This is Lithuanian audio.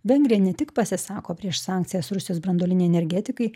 vengrija ne tik pasisako prieš sankcijas rusijos branduolinei energetikai